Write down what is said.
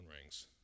rings